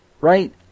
Right